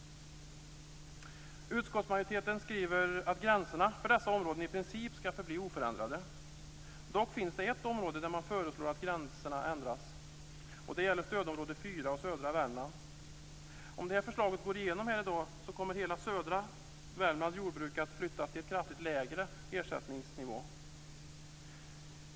Utskottsmajoriteten skriver att gränserna för dessa områden i princip ska förbli oförändrade. Dock finns det ett område där man föreslår att gränserna ändras. Det gäller stödområde 4 och södra Värmland. Om det förslaget går igenom här i dag kommer hela södra Värmlands jordbruk att flyttas så att det får kraftigt lägre ersättningsnivåer.